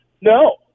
No